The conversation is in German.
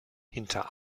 hinter